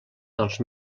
dels